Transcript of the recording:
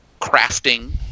crafting